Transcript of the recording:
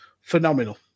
phenomenal